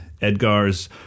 Edgar's